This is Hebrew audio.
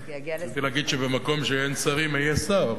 רציתי להגיד שבמקום שאין שרים אהיה שר,